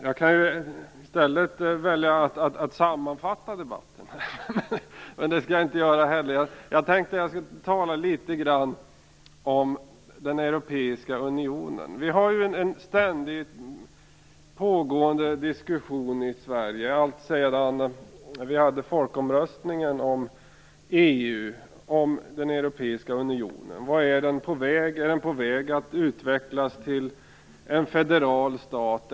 Jag skulle i stället kunna välja att sammanfatta debatten, men det skall jag inte göra. Jag skall tala litet om den europeiska unionen. Vi har en ständigt pågående diskussion i Sverige, alltsedan vi hade folkomröstningen om EU, den europeiska unionen. Vart är den på väg? Är den på väg att utvecklas till en federal stat?